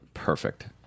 Perfect